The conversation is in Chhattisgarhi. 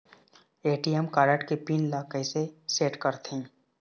ए.टी.एम कारड के पिन ला कैसे सेट करथे?